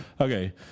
Okay